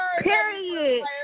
Period